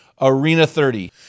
ARENA30